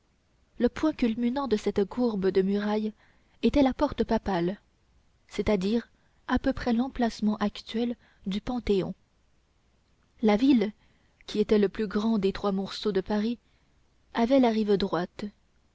le point culminant de cette courbe de murailles était la porte papale c'est-à-dire à peu près l'emplacement actuel du panthéon la ville qui était le plus grand des trois morceaux de paris avait la rive droite